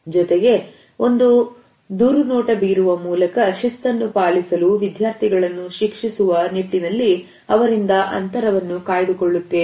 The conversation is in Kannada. ಜೊತೆಗೆ ಒಂದು ದೂರು ನೋಟ ಬೀರುವ ಮೂಲಕ ಶಿಸ್ತನ್ನು ಪಾಲಿಸಲು ವಿದ್ಯಾರ್ಥಿಗಳನ್ನು ಶಿಕ್ಷಿಸುವ ನಿಟ್ಟಿನಲ್ಲಿ ಅವರಿಂದ ಅಂತರವನ್ನು ಕಾಯ್ದುಕೊಳ್ಳುತ್ತವೆ